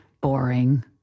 boring